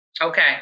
Okay